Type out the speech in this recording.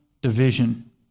division